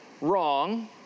wrong